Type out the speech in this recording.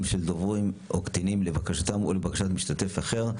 של קטינים או דוברים לבקשתם או לבקשת משתתף אחר,